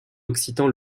occitan